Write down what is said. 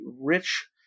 rich